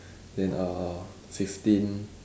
then uh fifteen